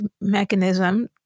mechanism